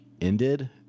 ended